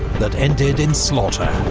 that ended in slaughter.